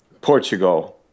Portugal